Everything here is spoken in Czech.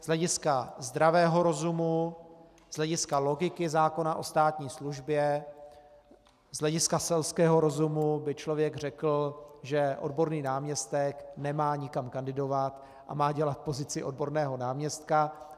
Z hlediska zdravého rozumu, z hlediska logiky zákona o státní službě, z hlediska selského rozumu by člověk řekl, že odborný náměstek nemá nikam kandidovat a má dělat pozici odborného náměstka.